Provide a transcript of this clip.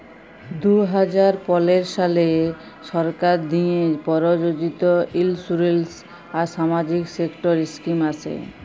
দু হাজার পলের সালে সরকার দিঁয়ে পরযোজিত ইলসুরেলস আর সামাজিক সেক্টর ইস্কিম আসে